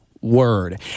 word